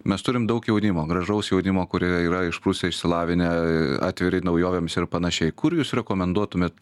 mes turim daug jaunimo gražaus jaunimo kurie yra išprusę išsilavinę atviri naujovėms ir panašiai kur jūs rekomenduotumėt